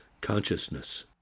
consciousness